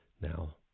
Now